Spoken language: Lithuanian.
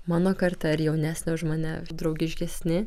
mano karta ar jaunesni už mane draugiškesni